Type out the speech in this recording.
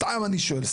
סתם אני שואל,